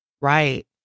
Right